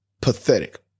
Pathetic